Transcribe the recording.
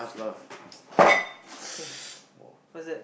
okay what't that